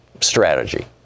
strategy